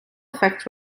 effects